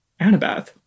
Annabeth